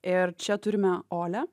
ir čia turime olią